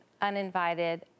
Uninvited